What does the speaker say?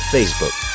Facebook